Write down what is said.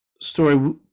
story